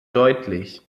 deutlich